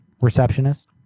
Receptionist